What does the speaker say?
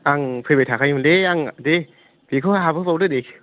आं फैबाय थाखायोमोनलै आं दे बेखौ हाबहो बावदो दे